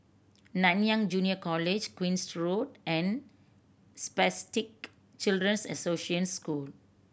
Nanyang Junior College Queen's Road and Spastic Children's Association School